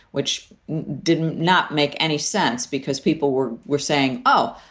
which didn't not make any sense because people were were saying, oh,